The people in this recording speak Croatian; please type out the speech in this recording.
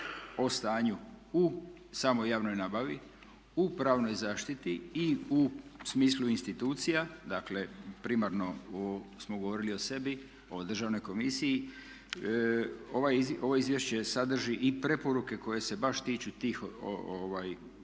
o stanju u samoj javnoj nabavi, u pravnoj zaštiti i u smislu institucija dakle primarno smo govorili o sebi, o državnoj komisiji ovo izvješće sadrži i preporuke koje se baš tiču tih posebnih